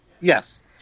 yes